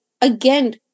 again